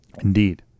Indeed